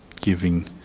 giving